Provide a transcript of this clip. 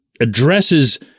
Addresses